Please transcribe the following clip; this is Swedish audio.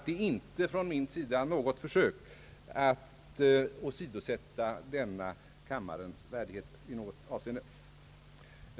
Det innebär inte från min sida något försök att åsidosätta denna kammares värdighet i något avseende.